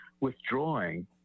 withdrawing